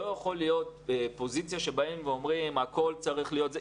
לא יכולה להיות פוזיציה כשבאים ואומרים שהכול צריך להיות כך וכך.